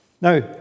Now